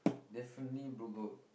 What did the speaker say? definitely bro got